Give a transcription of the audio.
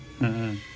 mmhmm